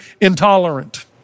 intolerant